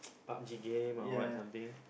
Pub-G game or what something